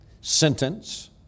Sentence